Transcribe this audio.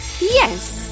Yes